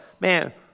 man